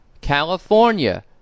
California